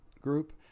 group